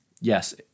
yes